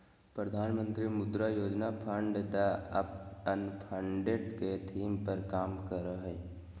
प्रधानमंत्री मुद्रा योजना फंड द अनफंडेड के थीम पर काम करय हइ